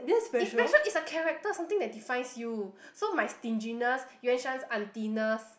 it's special it's a character something that defines you so my stinginess Yuan-Shan's auntiness